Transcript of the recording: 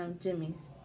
Jimmy's